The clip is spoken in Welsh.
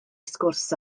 sgwrs